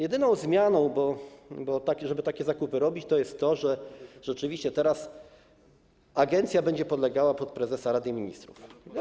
Jedyną zmianą, żeby takie zakupy robić, jest to, że rzeczywiście teraz agencja będzie podlegała pod prezesa Rady Ministrów.